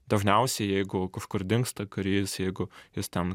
dažniausiai jeigu kažkur dingsta karys jeigu jis ten